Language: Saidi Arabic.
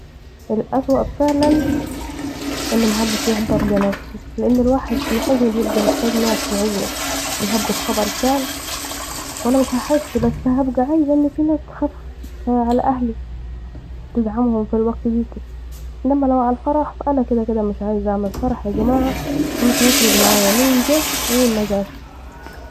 الاسوء فعلاً أن محدش يحضر جنازتي لأن الواحد في الحزن بيبقي محتاج ناس وعزوه ، أنا هبقي في خبر كان وانا مش هحس بس هبقي عايزه أن في ناس تقف جنب اهلي في الوقت ديتي ، انما لو على الفرح ف أنا كده كده مش عايزة اعمل فرح يا جماعه ف مش هيفرق معايا مين جه و مين مجاش